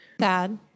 sad